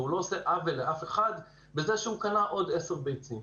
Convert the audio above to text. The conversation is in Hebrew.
והוא לא עושה עוול לאף אחד בזה שהוא קנה עוד עשר ביצים.